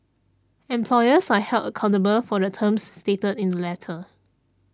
employers are held accountable for the terms stated in the letter